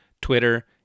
Twitter